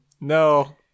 No